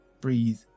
Breathe